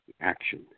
action